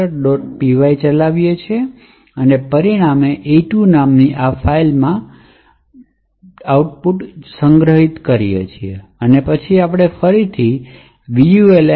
py ચલાવીએ છીએ અને પરિણામ e2 નામની આ ફાઇલમાં સંગ્રહિત કરીએ છીએ અને પછી આપણે ફરીથી vuln